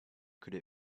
could